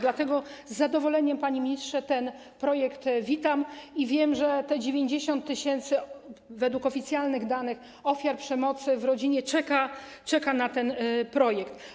Dlatego z zadowoleniem, panie ministrze, ten projekt witam i wiem, że te 90 tys., według oficjalnych danych, ofiar przemocy w rodzinie czeka na ten projekt.